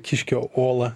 kiškio olą